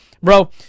Bro